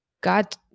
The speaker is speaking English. God